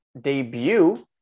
debut